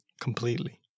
completely